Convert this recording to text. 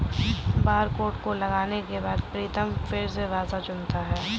barcode को लगाने के बाद प्रीतम फिर भाषा चुनता है